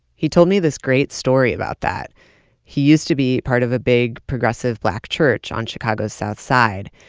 he told me this great story about that he used to be part of a big, progressive black church on chicago's south side.